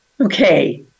Okay